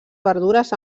verdures